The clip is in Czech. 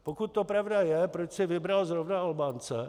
Pokud to pravda je, proč si vybral zrovna Albánce?